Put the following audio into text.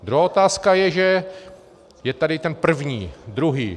Druhá otázka je, že je tady ten první, druhý.